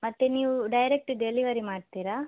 ಮತ್ತು ನೀವು direct delivery ಮಾಡ್ತೀರಾ